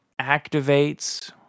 activates